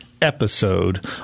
Episode